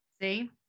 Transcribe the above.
See